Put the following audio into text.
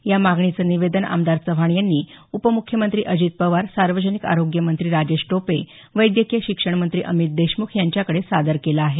या मागणीचं निवेदन आमदार चव्हाण यांनी उपमुख्यमंत्री अजित पवार सार्वजनिक आरोग्य मंत्री राजेश टोपे वैद्यकीय शिक्षण मंत्री अमित देशमुख यांच्याकडे सादर केलं आहे